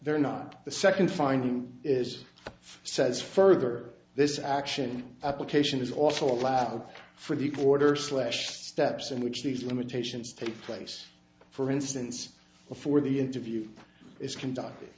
they're not the second finding is says further this action application is also a lab for the quarter slash steps in which these limitations take place for instance before the interview is conducted